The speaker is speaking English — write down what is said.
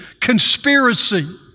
conspiracy